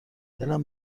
دلم